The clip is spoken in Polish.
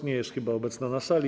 Nie jest chyba obecna na sali.